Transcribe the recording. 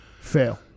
fail